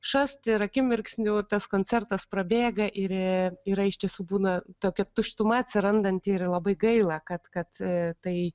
šast ir akimirksniu tas koncertas prabėga ir yra iš tiesų būna tokia tuštuma atsirandanti ir labai gaila kad kad tai